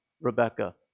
Rebecca